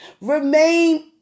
Remain